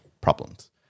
problems